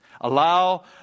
Allow